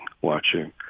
watching